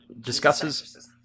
discusses